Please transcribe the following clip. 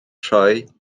trwy